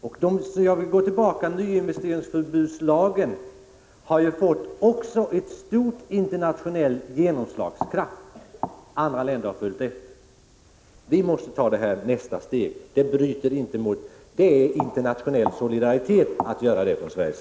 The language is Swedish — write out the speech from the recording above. Lagen om nyinvesteringsförbud har också fått stor internationell genomslagskraft. Andra länder har följt efter. Vi måste ta nästa steg. Det är internationell solidaritet från Sveriges sida.